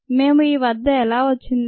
మేము ఈ వద్ద ఎలా వచ్చింది